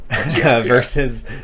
versus